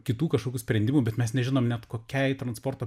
kitų kažkokių sprendimų bet mes nežinom net kokiai transporto